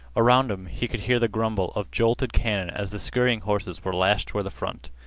around him he could hear the grumble of jolted cannon as the scurrying horses were lashed toward the front.